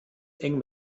eng